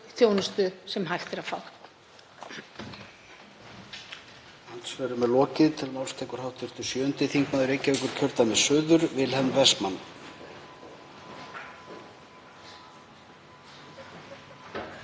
þjónustu sem hægt er að fá.